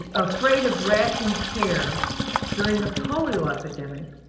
afraid of rationed care during the polio epidemic,